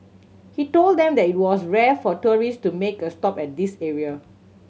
he told them that it was rare for tourist to make a stop at this area